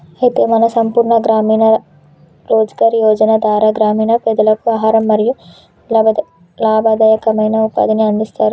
అయితే మన సంపూర్ణ గ్రామీణ రోజ్గార్ యోజన ధార గ్రామీణ పెదలకు ఆహారం మరియు లాభదాయకమైన ఉపాధిని అందిస్తారు